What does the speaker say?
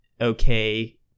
okay